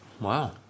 Wow